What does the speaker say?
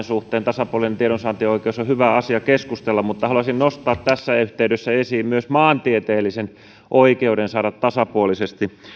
suhteen tasapuolinen tiedonsaantioikeus on hyvä asia keskustella mutta haluaisin nostaa tässä yhteydessä esiin myös maantieteellisen oikeuden saada tasapuolisesti